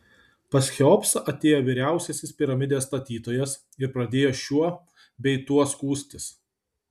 pas cheopsą atėjo vyriausiasis piramidės statytojas ir pradėjo šiuo bei tuo skųstis